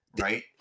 right